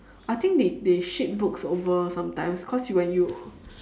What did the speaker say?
I think they they ship books over sometimes because when you